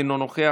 אינו נוכח,